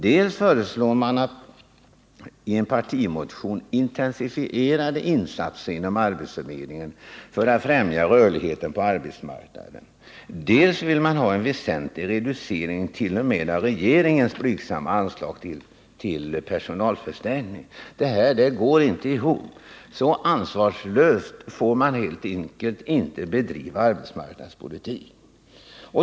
Dels föreslår man i en partimotion intensifierade insatser inom arbetsförmedlingen för att främja rörligheten på arbetsmarknaden, dels vill man ha en väsentlig reducering t.o.m. av regeringens blygsamma förslag till personalförstärkning. Detta går inte ihop. Så ansvarslöst får man helt enkelt inte bedriva arbetsmarknadspolitik.